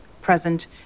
present